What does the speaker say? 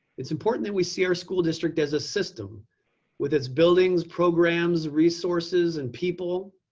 it's important that we see our school district as a system with its buildings, programs, resources, and people.